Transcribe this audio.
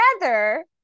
together